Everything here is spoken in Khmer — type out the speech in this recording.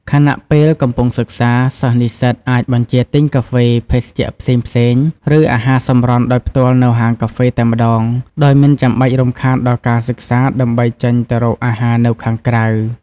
ខណៈពេលកំពុងសិក្សា សិស្សនិស្សិតអាចបញ្ជាទិញកាហ្វេ ភេសជ្ជៈផ្សេងៗ ឬអាហារសម្រន់ដោយផ្ទាល់នៅហាងកាហ្វេតែម្ដង ដោយមិនចាំបាច់រំខានដល់ការសិក្សាដើម្បីចេញទៅរកអាហារនៅខាងក្រៅ។